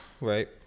Right